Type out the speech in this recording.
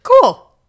Cool